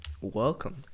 welcome